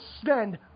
spend